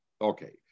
okay